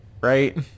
Right